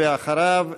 ואחריו,